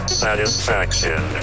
satisfaction